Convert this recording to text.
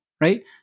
right